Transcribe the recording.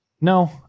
No